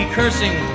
cursing